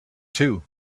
too